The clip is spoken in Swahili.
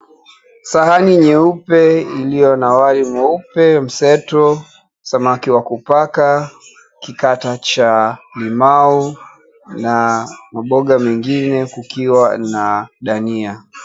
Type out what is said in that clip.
Sahani nyeupe ilio na wali mweupe mseto, samaki wa kupaka, kikata cha limau na maboga mengine kukiwa na dania.